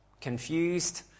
confused